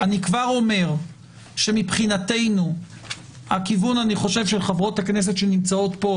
אני כבר אומר שאני חושב שמבחינתנו הכיוון של חברות הכנסת שנמצאות פה,